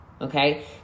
okay